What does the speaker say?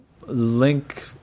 Link